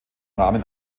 rahmen